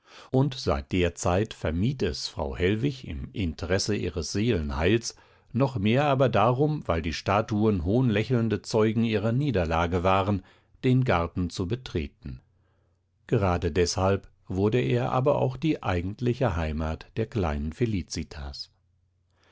und seit der zeit vermied es frau hellwig im interesse ihres seelenheils noch mehr aber darum weil die statuen hohnlächelnde zeugen ihrer niederlage waren den garten zu betreten gerade deshalb wurde er aber auch die eigentliche heimat der kleinen felicitas